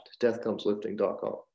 Deathcomeslifting.com